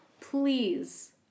Please